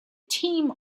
team